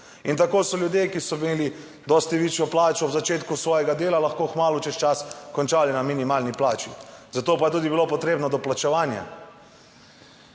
In tako so ljudje, ki so imeli dosti višjo plačo ob začetku svojega dela, lahko kmalu čez čas končali na minimalni plači. Za to pa je tudi bilo potrebno doplačevanje,